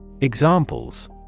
Examples